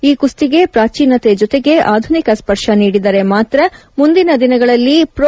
ಈ ಕುಸ್ತಿಗೆ ಪ್ರಾಚೀನತೆ ಜೊತೆಗೆ ಆಧುನಿಕ ಸ್ವರ್ಶ ನೀಡಿದರೆ ಮಾತ್ರ ಮುಂದಿನ ದಿನಗಳಲ್ಲಿ ಪ್ರೊ